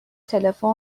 تلفن